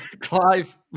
Clive